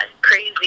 crazy